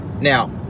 Now